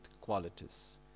qualities